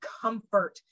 comfort